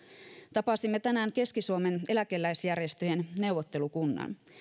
tapasimme tänään keski suomen eläkeläisjärjestöjen neuvottelukunnan